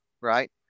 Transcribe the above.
right